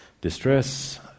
distress